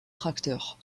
tracteurs